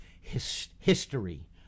history